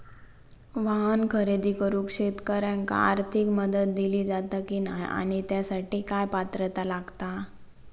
वाहन खरेदी करूक शेतकऱ्यांका आर्थिक मदत दिली जाता की नाय आणि त्यासाठी काय पात्रता लागता?